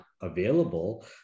available